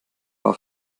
war